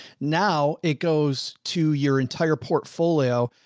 now it goes to your entire portfolio.